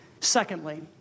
Secondly